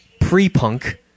pre-punk